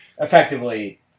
effectively